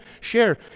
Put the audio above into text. share